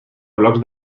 blocs